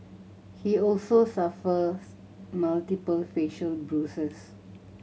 he also suffers multiple facial bruises